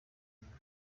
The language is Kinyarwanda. inyuma